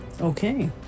Okay